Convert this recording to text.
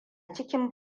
cikin